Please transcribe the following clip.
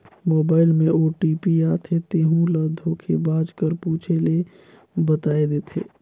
mobile में OTP आथे तेहू ल धोखेबाज कर पूछे ले बताए देथे